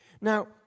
Now